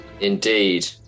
Indeed